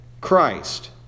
Christ